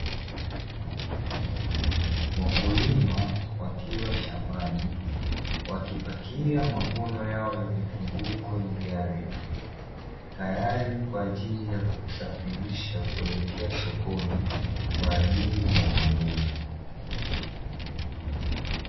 Wakulima wakiwa shambani wakipakia mavuno yao ya vitunguu kwenye gari tayari kwa ajili ya kusafirisha kuelekea sokoni kwa ajili ya mauzo.